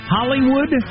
Hollywood